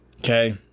Okay